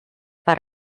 per